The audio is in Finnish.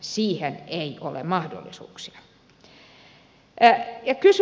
siihen ei ole mahdollisuuksia